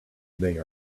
they